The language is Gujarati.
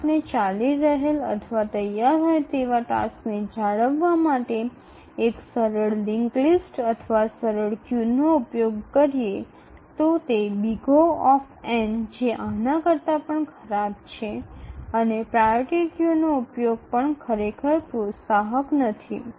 જો આપણે ચાલી રહેલ અથવા તૈયાર હોય તેવા ટાસ્કને જાળવવા માટે એક સરળ લિન્ક્ડ લિસ્ટ અથવા સરળ ક્યૂનો ઉપયોગ કરીએ તો તે O જે આના કરતા પણ ખરાબ છે અને પ્રાયોરિટી ક્યૂનો ઉપયોગ પણ ખરેખર પ્રોત્સાહક નથી